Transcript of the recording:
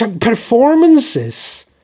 Performances